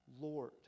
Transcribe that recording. Lord